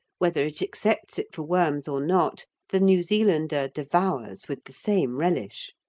whether it accepts it for worms or not, the new zealander devours with the same relish.